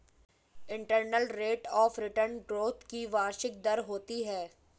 internal rate of return growth की वार्षिक दर होती है